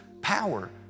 power